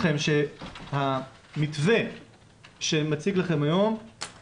אני רוצה לשתף אתכם שהמתווה שאני מציג לכם היום פותח